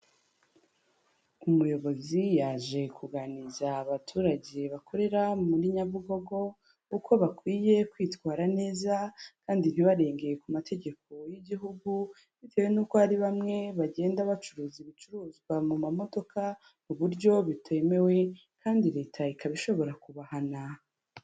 Umuyobozi yaje kuganiza abaturage bakorera muri Nyabugogo, uko bakwiye kwitwara neza kandi ntibarenge ku mategeko y'igihugu, bitewe n'uko hari bamwe bagenda bacuruza ibicuruzwa mu mamodoka, mu buryo bitemewe kandi leta ikaba ishobora kubahana.